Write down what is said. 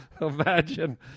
imagine